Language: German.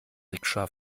rikscha